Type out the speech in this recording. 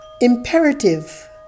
imperative